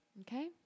Okay